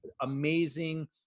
amazing